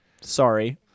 Sorry